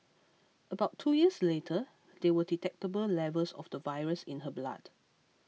about two years later there were detectable levels of the virus in her blood